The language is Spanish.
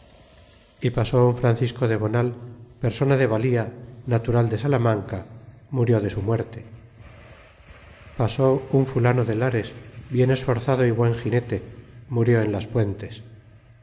y pasó un francisco de boual persona de valía natural de salamanca murió de su muerte pasó un fu lano de lares bien esforzado y buen ginete murió en las puentes